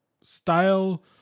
style